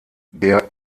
der